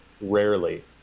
Rarely